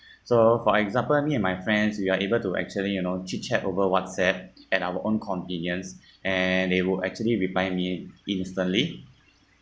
so for example me and my friends we are able to actually you know chit chat over WhatsApp at our own convenience and they will actually remind me instantly